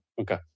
okay